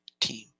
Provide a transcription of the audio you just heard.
team